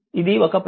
ఇది ఒక ప్రశ్న